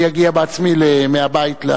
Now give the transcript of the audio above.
אני אגיע בעצמי מהבית.